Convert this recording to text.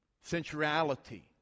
sensuality